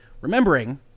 Remembering